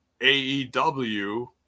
AEW